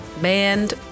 banned